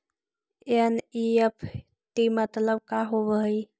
NEFT मतलब का होब हई?